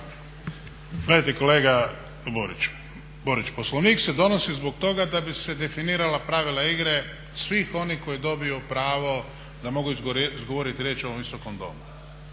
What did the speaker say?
(HDZ)** Gledajte kolega Borić, Poslovnik se donosi zbog toga da bi se definirala pravila igre svih onih koji dobiju pravo da mogu izgovoriti riječ u ovom Visokom domu.